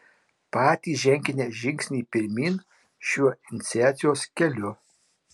patys ženkite žingsnį pirmyn šiuo iniciacijos keliu